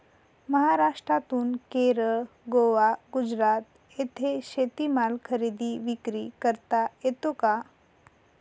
महाराष्ट्रातून केरळ, गोवा, गुजरात येथे शेतीमाल खरेदी विक्री करता येतो का?